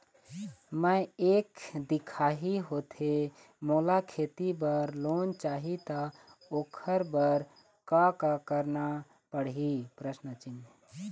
मैं एक दिखाही होथे मोला खेती बर लोन चाही त ओकर बर का का करना पड़ही?